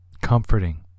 comforting